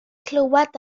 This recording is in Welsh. clywed